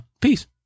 peace